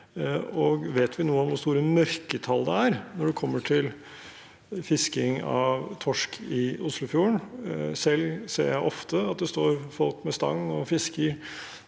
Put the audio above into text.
Vet vi noe om hvor store mørketall det er, når det gjelder fisking av torsk i Oslofjorden? Selv ser jeg ofte at det står folk med stang og fisker